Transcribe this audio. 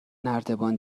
نردبان